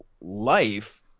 life